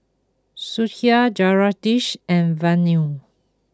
Sudhir Jagadish and Vanu